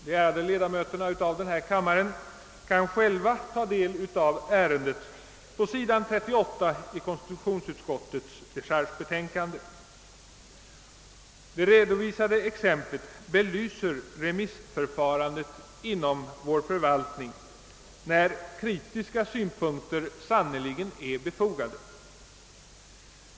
De ärade ledamöterna av denna kammare kan själva ta del av ärendet på s. 38—39 av konstitutionsutskottets dechargememorial. Det redovisade exemplet belyser remissförfarandet inom vår förvaltning, när kritiska synpunkter sannerligen är befogade.